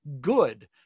good